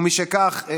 ומשכך,